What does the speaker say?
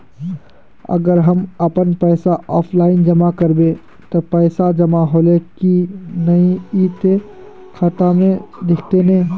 अगर हम अपन पैसा ऑफलाइन जमा करबे ते पैसा जमा होले की नय इ ते खाता में दिखते ने?